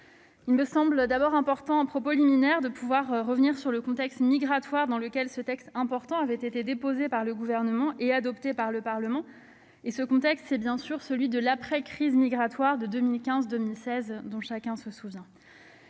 Il me semble important, dans le cadre de ce propos liminaire, de revenir sur le contexte migratoire dans lequel ce texte important a été déposé par le Gouvernement et adopté par le Parlement. Ce contexte est bien sûr celui de l'après-crise migratoire de 2015-2016, dont chacun se souvient.